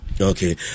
Okay